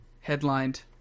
headlined